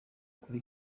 kuri